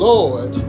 Lord